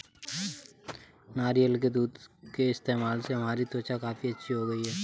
नारियल के दूध के इस्तेमाल से हमारी त्वचा काफी अच्छी हो गई है